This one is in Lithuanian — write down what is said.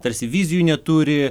tarsi vizijų neturi